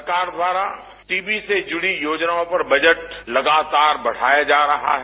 सरकार द्वारा टीबी से जुड़ी योजनाओं पर बजट लगातार बढ़ाया जा रहा है